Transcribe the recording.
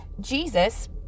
Jesus